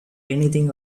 anything